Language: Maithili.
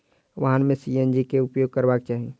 वाहन में सी.एन.जी के उपयोग करबाक चाही